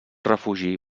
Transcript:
refugi